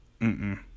Mm-mm